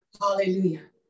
Hallelujah